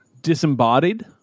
Disembodied